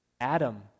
Adam